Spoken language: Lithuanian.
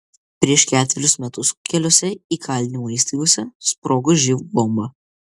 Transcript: prieš ketverius metus keliose įkalinimo įstaigose sprogo živ bomba